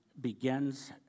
begins